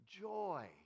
joy